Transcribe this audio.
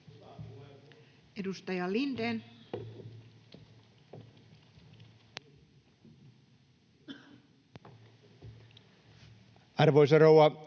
Edustaja Lindén.